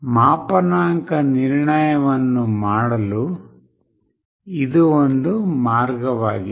ಮಾಪನಾಂಕ ನಿರ್ಣಯವನ್ನು ಮಾಡಲು ಇದು ಒಂದು ಮಾರ್ಗವಾಗಿದೆ